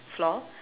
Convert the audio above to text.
floor